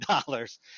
dollars